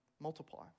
Multiply